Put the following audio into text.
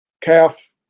calf